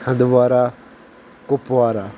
Handwara Kupwara